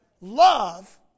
Love